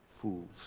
fools